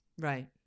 Right